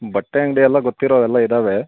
ಬಟ್ಟೆ ಅಂಗಡಿ ಎಲ್ಲ ಗೊತ್ತಿರೋ ಎಲ್ಲ ಇದ್ದಾವೆ